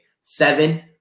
Seven